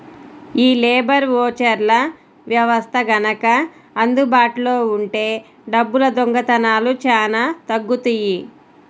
యీ లేబర్ ఓచర్ల వ్యవస్థ గనక అందుబాటులో ఉంటే డబ్బుల దొంగతనాలు చానా తగ్గుతియ్యి